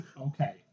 Okay